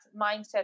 mindset